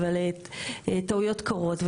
אבל טעויות קורות.